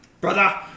Brother